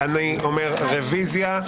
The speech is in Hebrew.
אני אומר רביזיה.